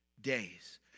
days